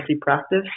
practice